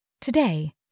Today